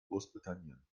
großbritannien